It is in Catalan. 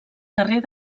carrer